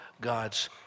God's